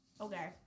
Okay